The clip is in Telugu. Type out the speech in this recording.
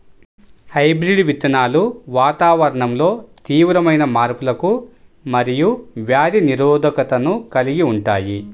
హైబ్రిడ్ విత్తనాలు వాతావరణంలో తీవ్రమైన మార్పులకు మరియు వ్యాధి నిరోధకతను కలిగి ఉంటాయి